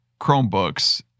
Chromebooks